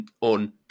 on